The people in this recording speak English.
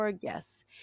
Yes